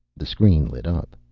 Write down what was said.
the screen lit up.